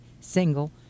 single